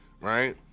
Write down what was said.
right